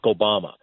Obama